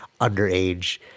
underage